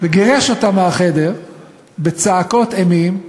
וגירש אותם מהחדר בצעקות אימים.